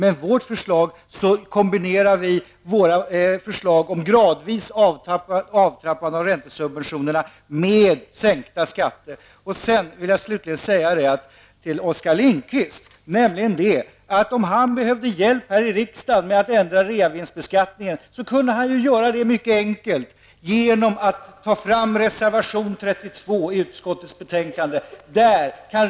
I vårt förslag kombinerar vi en gradvis avtrappning av räntesubventionerna med sänkta skatter. Slutligen vill jag säga till Oskar Lindkvist att om han behöver hjälp här i riksdagen med att ändra på reavinstbeskattningen, kunde han göra det mycket enkelt genom att ta fram reservation 32 i utskottets betänkande och tillstyrka den.